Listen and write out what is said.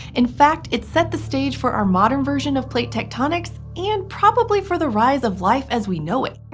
in fact, it set the stage for our modern version of plate tectonics and probably for the rise of life as we know it.